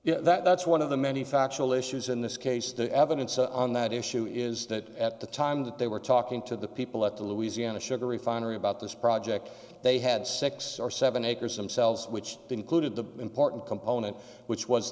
know that's one of the many factual issues in this case the evidence on that issue is that at the time that they were talking to the people at the louisiana sugar refinery about this project they had six or seven acres themselves which included the important component which was